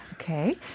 Okay